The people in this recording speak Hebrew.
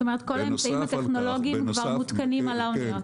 זאת אומרת כל האמצעים הטכנולוגיים כבר מותקנים על האוניות.